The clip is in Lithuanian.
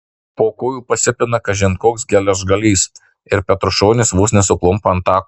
po kojų pasipina kažin koks geležgalys ir petrušonis vos nesuklumpa ant tako